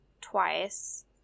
twice